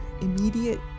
immediate